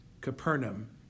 Capernaum